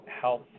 Health